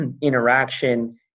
interaction